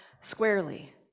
squarely